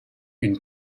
une